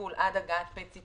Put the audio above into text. וטיפול עד הגעת PET-CT